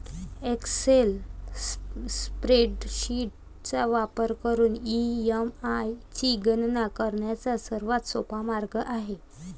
Excel spreadsheet चा वापर करून ई.एम.आय ची गणना करण्याचा सर्वात सोपा मार्ग आहे